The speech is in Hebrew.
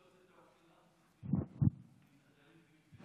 כך שתבחן גם את נוהלי הפיקוח